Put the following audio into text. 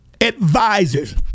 Advisors